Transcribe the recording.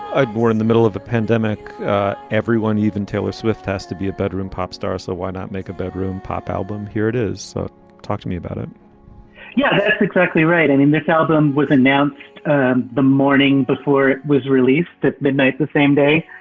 a, we're in the middle of a pandemic everyone, even taylor swift has to be a bedroom pop star, so why not make a bedroom pop album? here it is. so talk to me about it yeah, that's exactly right i mean, this album was announced and the morning before it was released at midnight the same day,